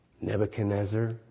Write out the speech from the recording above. Nebuchadnezzar